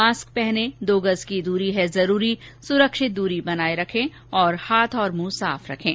mask पहनें दो गज़ की दूरी है जरूरी सुरक्षित दूरी बनाए रखें हाथ और मुंह साफ रखें